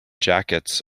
jackets